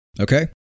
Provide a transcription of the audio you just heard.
Okay